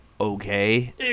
Okay